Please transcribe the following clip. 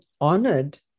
honored